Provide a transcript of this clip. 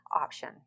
option